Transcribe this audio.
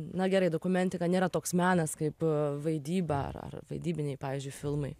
na gerai dokumentika nėra toks menas kaip vaidyba ar ar vaidybiniai pavyzdžiui filmai